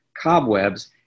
cobwebs